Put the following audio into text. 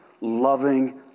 loving